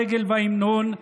הדגל וההמנון,